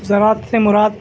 زراعت سے مراد